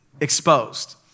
exposed